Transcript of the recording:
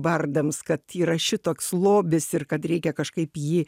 bardams kad yra šitoks lobis ir kad reikia kažkaip jį